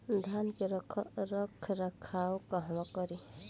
धान के रख रखाव कहवा करी?